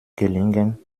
gelingen